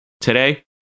today